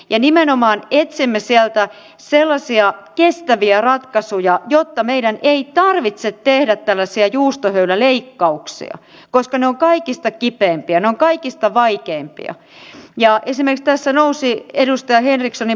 ja nimenomaan etsimme sieltä sellaisia kiittäviä ratkaisuja jotta meidän ei tarvitse tehdä tällaisia näiden taitojen tärkeys on noussut ja esineistä sanosin edustaja henriksenin